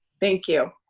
thank you.